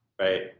Right